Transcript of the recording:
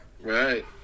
right